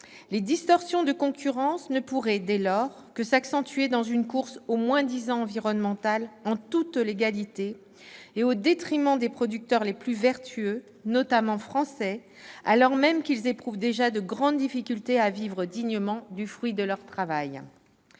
Les distorsions de concurrence ne pourraient, dès lors, que s'accentuer dans une course au moins-disant environnemental conduite en toute légalité, au détriment des producteurs les plus vertueux, notamment français, alors même qu'ils éprouvent déjà de grandes difficultés à vivre dignement du fruit de leur travail.